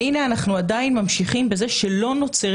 והנה אנחנו עדיין ממשיכים בזה שלא נוצרת